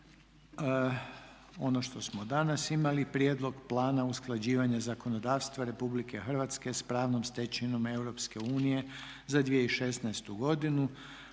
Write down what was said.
većinom glasova donesen Plan usklađivanja zakonodavstva Republike Hrvatske s pravnom stečevinom Europske unije za 2016. godinu.